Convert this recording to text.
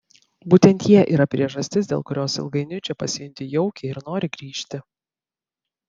būtent jie yra priežastis dėl kurios ilgainiui čia pasijunti jaukiai ir nori grįžti